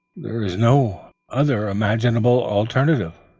there is no other imaginable alternative.